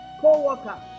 co-worker